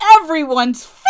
everyone's